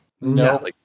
No